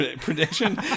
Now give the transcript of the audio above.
prediction